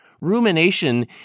Rumination